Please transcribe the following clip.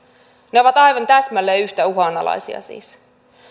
ne ovat aivan täsmälleen yhtä uhanalaisia siis